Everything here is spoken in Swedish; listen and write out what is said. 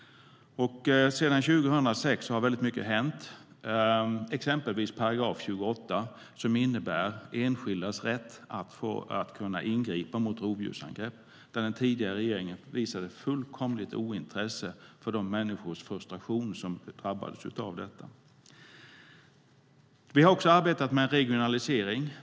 Sedan 2006 har mycket hänt, exempelvis § 28 som innebär enskildas rätt att kunna ingripa mot rovdjursangrepp. Den tidigare regeringen visade ett fullkomligt ointresse för frustrationen hos de människor som drabbades av detta. Vi har också arbetat med regionalisering.